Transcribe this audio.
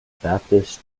baptist